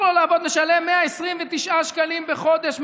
משלם 129 שקלים בחודש,